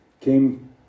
came